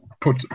put